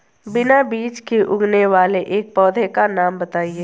बिना बीज के उगने वाले एक पौधे का नाम बताइए